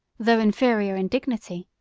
though inferior in dignity,